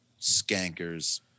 skanker's